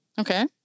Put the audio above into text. Okay